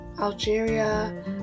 Algeria